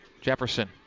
Jefferson